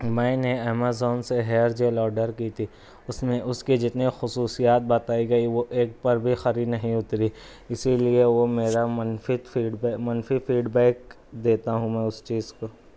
میں نے امیزون سے ہیئر جل آرڈ کی تھی اس میں اس کے جتنے خصوصیات بتائے گئے وہ ایک بار بھی کھری نہیں اتری اسی لئے وہ میرا منفی فیڈ بیک منفی فیڈ بیک دیتا ہوں میں اس چیز کو